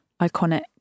iconic